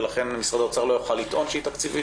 ולכן משרד האוצר לא יוכל לטעון שהיא תקציבית?